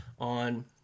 on